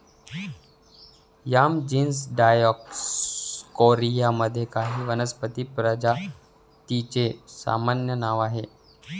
yam genus Dioscorea मध्ये काही वनस्पती प्रजातींचे सामान्य नाव आहे